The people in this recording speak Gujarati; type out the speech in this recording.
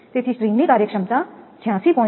તેથી સ્ટ્રિંગની કાર્યક્ષમતા 86